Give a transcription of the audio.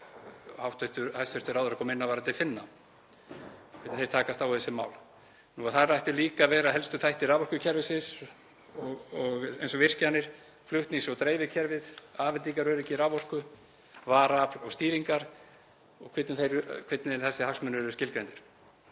og hæstv. ráðherra kom inn á varðandi Finna, hvernig þeir takast á við þessi mál. Þar ættu líka að vera helstu þættir raforkukerfisins eins og virkjanir, flutnings- og dreifikerfið, afhendingaröryggi raforku, varaafl og stýringar og hvernig þessir innviðir eru skilgreindir